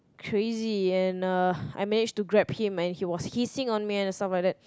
crazy and uh I managed to grab him and he was hissing on me and stuff like that